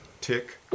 tick